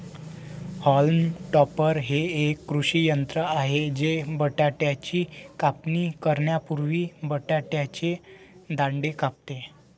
haulm topper हे एक कृषी यंत्र आहे जे बटाट्याची कापणी करण्यापूर्वी बटाट्याचे दांडे कापते